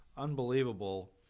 Unbelievable